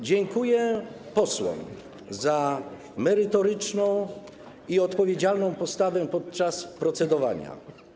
Dziękuję posłom za merytoryczną i odpowiedzialną postawę podczas procedowania.